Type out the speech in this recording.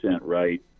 right